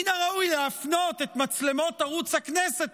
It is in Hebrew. מן הראוי להפנות את מצלמות ערוץ הכנסת